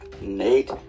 Nate